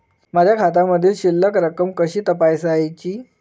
माझ्या खात्यामधील शिल्लक रक्कम कशी तपासायची?